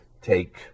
take